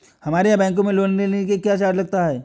हमारे यहाँ बैंकों में लोन के लिए क्या चार्ज लगता है?